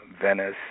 Venice